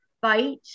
fight